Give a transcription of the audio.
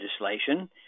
legislation